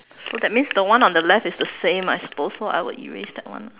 so that means the one on the left is the same I suppose so I will erase that one